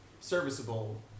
serviceable